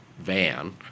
van